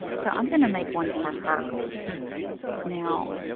so i'm going to make one for her now,